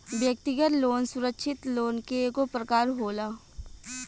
व्यक्तिगत लोन सुरक्षित लोन के एगो प्रकार होला